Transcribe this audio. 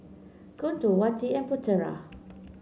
Guntur Wati and Putera